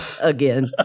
Again